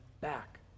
back